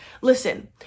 listen